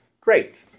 Great